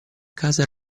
casa